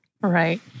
Right